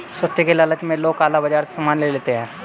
सस्ते के लालच में लोग काला बाजार से सामान ले लेते हैं